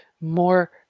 more